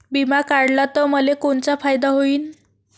बिमा काढला त मले कोनचा फायदा होईन?